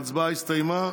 ההצבעה הסתיימה.